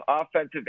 offensive